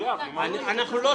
--- אתם אולי